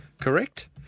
Correct